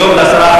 היום זה 10%?